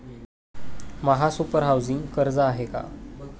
महासुपर हाउसिंग कर्ज आहे का?